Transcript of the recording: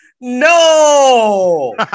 No